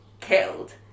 killed